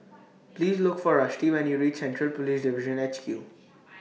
Please Look For Rusty when YOU REACH Central Police Division H Q